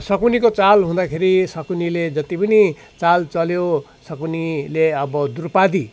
शकुनीको चाल हुँदाखेरि शकुनीले जति पनि चाल चल्यो शकुनीले अब द्रौपदी